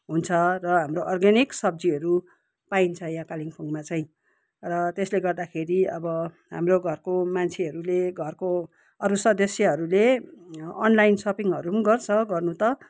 हुन्छ र हाम्रो अर्ग्यानिक सब्जीहरू पाइन्छ यहाँ कालिम्पोङमा चाहिँ र त्यसले गर्दाखेरि अब हाम्रो घरको मान्छेहरूले घरको अरू सदस्यहरूले अनलाइन सपिङहरू पनि गर्छ गर्नु त